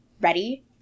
Ready